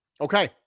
Okay